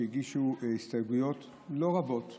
שהגישו הסתייגויות לא רבות.